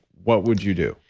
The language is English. what would you do?